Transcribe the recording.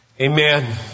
Amen